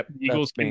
Eagles